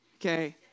Okay